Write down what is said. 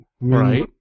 Right